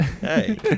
Hey